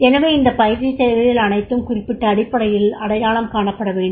எனவே இந்த பயிற்சித் தேவைகள் அனைத்தும் குறிப்பிட்ட அடிப்படையில் அடையாளம் காணப்பட வேண்டும்